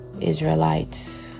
Israelites